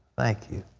thank you.